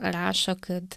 rašo kad